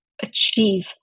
achieve